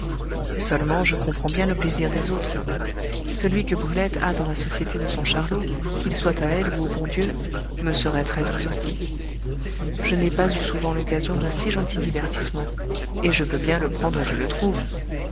seulement je comprends bien le plaisir des autres celui que brulette a dans la société de son charlot qu'il soit à elle ou au bon dieu me serait très-doux aussi je n'ai pas eu souvent l'occasion d'un si gentil divertissement et je peux bien le prendre où je le trouve